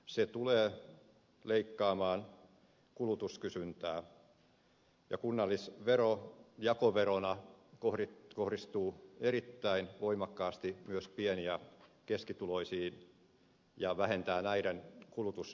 se tulee leikkaamaan kulutuskysyntää ja kunnallisvero jakoverona kohdistuu erittäin voimakkaasti myös pieni ja keskituloisiin ja vähentää näiden kulutusmahdollisuuksia